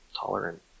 tolerant